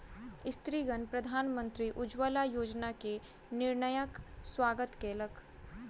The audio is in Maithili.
स्त्रीगण प्रधानमंत्री उज्ज्वला योजना के निर्णयक स्वागत कयलक